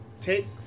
Take